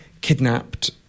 kidnapped